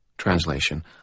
Translation